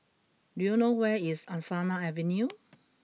do you know where is Angsana Avenue